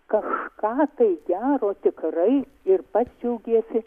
kažką tai gero tikrai ir pats džiaugiesi